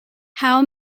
how